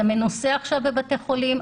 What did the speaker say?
זה מנוסה עכשיו בבתי-חולים.